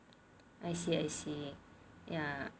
I see I see ya